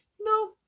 No